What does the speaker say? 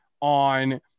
on